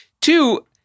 Two